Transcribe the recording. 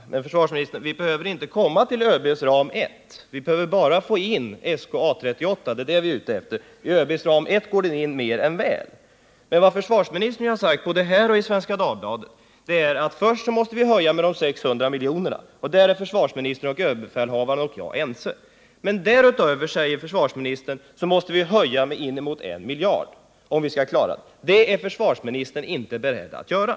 Herr talman! Men, försvarsministern, vi behöver inte komma upp till ÖB:s ram 1. Vi behöver bara få in SK 38/A 38. Det är det vi är ute efter. I ÖB:s ram 1 går planet in mer än väl. Vad försvarsministern har gjort gällande, både här i kammaren och i Svenska Dagbladet, är att först måste vi höja med de 600 miljonerna, och därom är försvarsministern och överbefälhavaren överens. Men därutöver, säger försvarsministern, måste vi höja med inemot 1 miljard, om vi skall klara finansieringen. Det är försvarsministern inte beredd att göra.